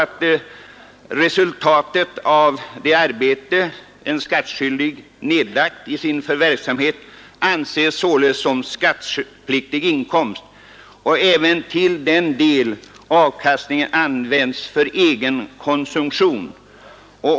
Resultatet av det arbete en skattskyldig nedlagt i sin förvärvsverksamhet anses således som skattepliktig inkomst, även till den del avkastningen använts för egen konsumtion.